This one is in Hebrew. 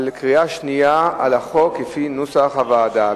בקריאה שנייה על החוק, לפי נוסח הוועדה.